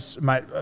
mate